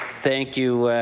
thank you,